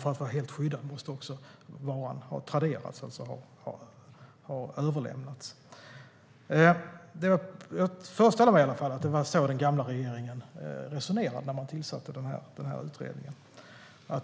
För att vara helt skyddad måste varan ha traderats, alltså överlämnats. Jag föreställer mig i alla fall att det var så den gamla regeringen resonerade när den tillsatte utredningen.